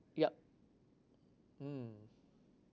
yup mm